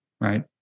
Right